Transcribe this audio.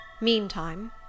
Meantime